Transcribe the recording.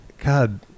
God